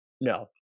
No